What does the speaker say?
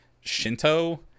shinto